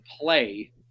play